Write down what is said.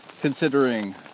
considering